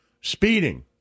speeding